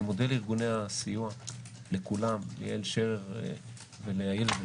אני מודה לארגוני הסיוע, לכולם, ליעל שרר ולאיילת.